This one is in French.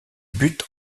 buts